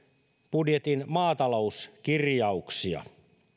budjetin maatalouskirjauksia